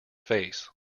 face